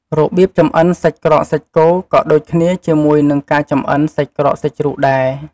របៀបចម្អិនសាច់ក្រកសាច់គោ ក៏ដូចគ្នាជាមួយនឹងការចម្អិនសាច់ក្រកសាច់ជ្រូកដែរ។